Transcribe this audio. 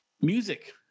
music